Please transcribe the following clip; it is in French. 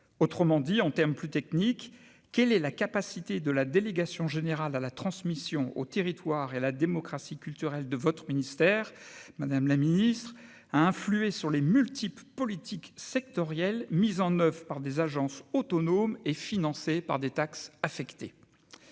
autrement dit en termes plus techniques, quelle est la capacité de la délégation générale à la transmission au territoire et la démocratie culturelle de votre ministère, madame la Ministre a influer sur les multiples politiques sectorielles mises en neuf par des agences autonomes et financé par des taxes affectées